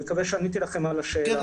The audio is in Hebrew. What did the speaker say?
אני מקווה שעניתי לכם על השאלה.